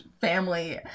family